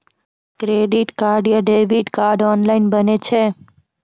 Credit card या debit card online बनै छै?